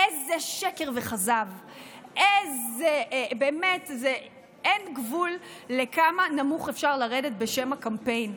איזה שקר וכזב; אין גבול כמה נמוך אפשר לרדת בשם הקמפיין,